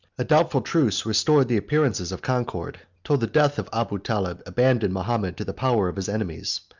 a doubtful truce restored the appearances of concord till the death of abu taleb abandoned mahomet to the power of his enemies,